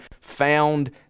found